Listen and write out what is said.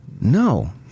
No